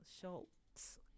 Schultz